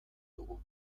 dugu